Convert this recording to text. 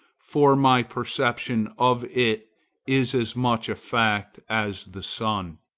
for my perception of it is as much a fact as the sun.